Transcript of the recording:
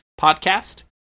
podcast